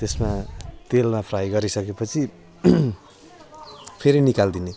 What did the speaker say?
त्यसमा तेलमा फ्राई गरिसकेपछि फेरि निकालिदिने